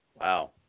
Wow